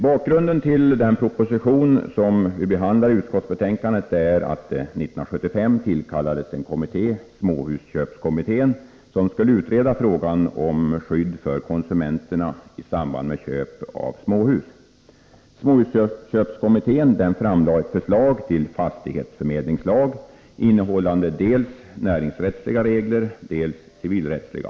Bakgrunden till den proposition som behandlas i utskottsbetänkandet är att det år 1975 tillsattes en kommitté, småhusköpskommittén, som skulle utreda frågan om skydd för konsumenterna i samband med köp av småhus. Småhusköpskommittén framlade ett förslag till fastighetsförmedlingslag, innehållande dels näringsrättsliga regler, dels civilrättsliga.